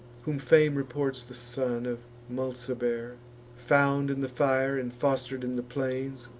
whom fame reports the son of mulciber found in the fire, and foster'd in the plains,